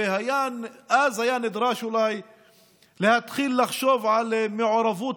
ואולי אז היה נדרש להתחיל לחשוב על מעורבות